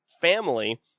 family